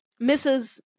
mrs